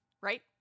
Right